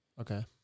Okay